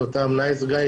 את אותם 'נייס גאי',